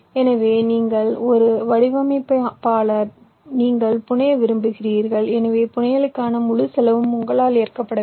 எனவே நீங்கள் ஒரு வடிவமைப்பாளர் நீங்கள் புனைய விரும்புகிறீர்கள் எனவே புனையலுக்கான முழு செலவும் உங்களால் ஏற்கப்பட வேண்டும்